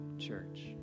Church